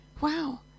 Wow